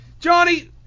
Johnny